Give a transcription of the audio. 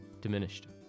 diminished